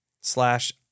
slash